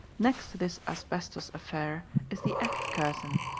next to this asbestos affair is the act curtain,